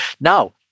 Now